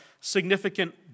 significant